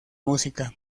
música